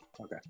Okay